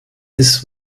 ist